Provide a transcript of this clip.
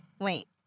Wait